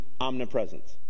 omnipresence